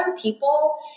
people